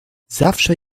zawsze